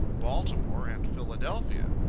baltimore, and philadelphia.